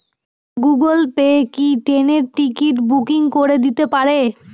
Google Pay কি ট্রেনের ticket booking করে দিতে পারে?